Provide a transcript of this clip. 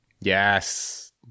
Yes